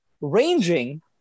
ranging